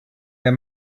der